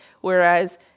whereas